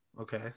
Okay